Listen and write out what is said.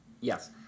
Yes